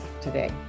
today